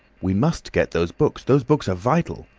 we must get those books those books are vital.